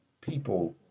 people